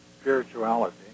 spirituality